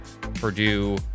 Purdue